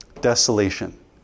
desolation